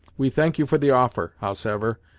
we thank you for the offer, howsever,